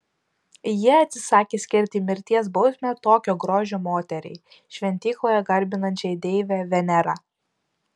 jie atsisakė skirti mirties bausmę tokio grožio moteriai šventykloje garbinančiai deivę venerą